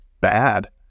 bad